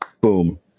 boom